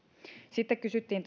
sitten kysyttiin